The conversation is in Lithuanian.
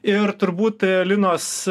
ir turbūt linos